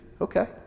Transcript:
Okay